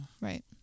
Right